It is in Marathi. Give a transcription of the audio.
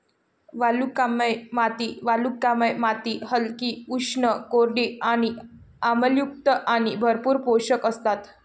वालुकामय माती वालुकामय माती हलकी, उष्ण, कोरडी आणि आम्लयुक्त आणि भरपूर पोषक असतात